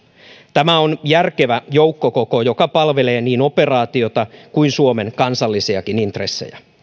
tämä on järkevä joukkokoko joka palvelee niin operaatiota kuin suomen kansallisiakin intressejä